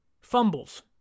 Fumbles